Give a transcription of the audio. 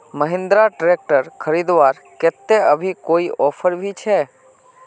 Mahindra tractor खरीद लगवार केते अभी कोई ऑफर भी छे?